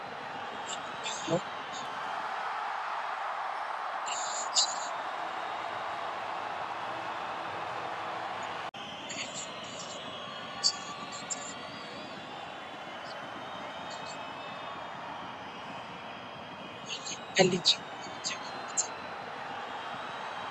Kuna ubao ambao umeandikwa tarehe ishirini mwezi wa tisa elfu mbili ishirini na tano. Kuna mwingine aliuliza alijibu aje wakati ule